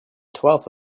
twelfth